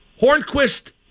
Hornquist